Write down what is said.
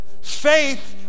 faith